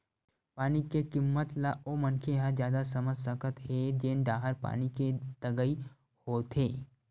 पानी के किम्मत ल ओ मनखे ह जादा समझ सकत हे जेन डाहर पानी के तगई होवथे